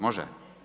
Može?